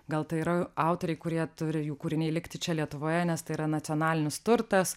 gal tai yra autoriai kurie turi jų kūriniai likti čia lietuvoje nes tai yra nacionalinis turtas